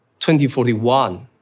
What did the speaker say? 2041